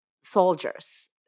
soldiers